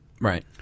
Right